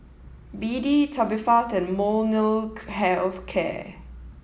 B D Tubifast and Molnylcke Health Care